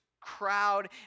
crowd